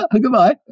Goodbye